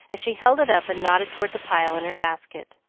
as she held it up and nodded toward the pile in her basket.